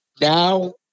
now